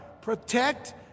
protect